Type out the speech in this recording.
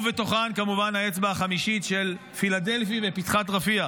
ובתוכן כמובן האצבע החמישית של פילדלפי ופתחת רפיח,